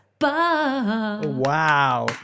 Wow